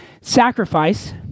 sacrifice